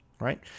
right